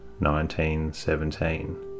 1917